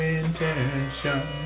intention